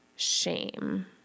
Shame